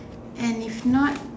and if not